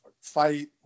fight